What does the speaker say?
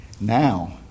Now